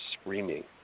screaming